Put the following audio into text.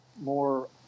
more